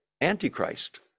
Antichrist